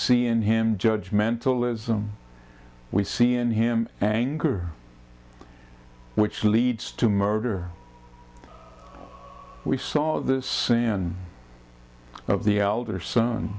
see in him judge mentalism we see in him anger which leads to murder we saw the sand of the elder son